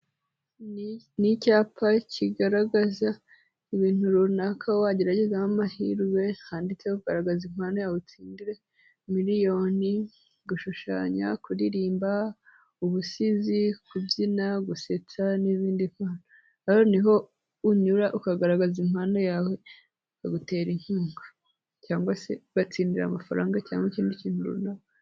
Ni icyapa kigaragaza ibintu runaka wageragezaho amahirwe, handitse ugaragaza impano yawe utsindire, miliyoni, gushushanya, kuririmba, ubusizi, kubyina, gusetsa n'bindi, hano niho unyura ukagaragaza impano yawe ikagutera inkunga, cyangwa se ugatsindira amafaranga cyangwa ikindi kintu runaka.